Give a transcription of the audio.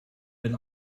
bin